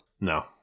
No